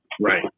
Right